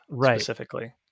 specifically